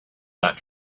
got